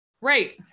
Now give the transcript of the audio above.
Right